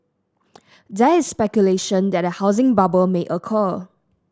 there is speculation that a housing bubble may occur